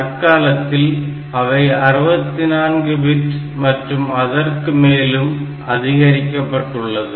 தற்காலத்தில் அவை 64 பிட் மற்றும் அதற்கு மேலும் அதிகரிக்கப்பட்டுள்ளது